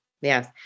yes